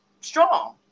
strong